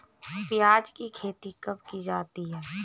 प्याज़ की खेती कब की जाती है?